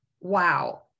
Wow